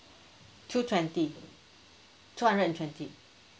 two twenty two hundred and twenty